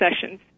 sessions